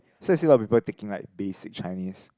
so you see a lot of people taking like basic Chinese